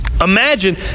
Imagine